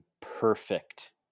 perfect